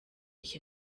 ich